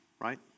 right